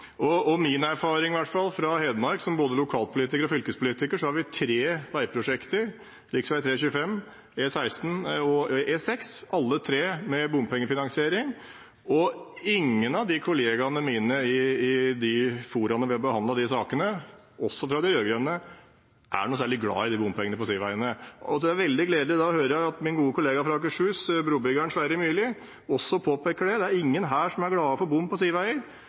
Min erfaring som både lokalpolitiker og fylkespolitiker i Hedmark – der vi har tre veiprosjekter, rv. 3/25, E16 og E6, alle tre med bompengefinansiering – er at ingen av kollegene mine i de foraene vi har behandlet disse sakene, heller ikke de rød-grønne, er noe særlig glad i bompenger på sideveiene. Da er det veldig gledelig å høre at min gode kollega fra Akershus, brobyggeren Sverre Myrli, også påpeker det. Det er ingen her som er glade for bom på sideveier.